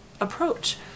approach